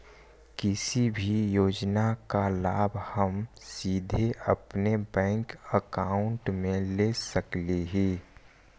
किसी भी योजना का लाभ हम सीधे अपने बैंक अकाउंट में ले सकली ही?